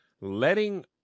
letting